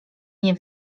nie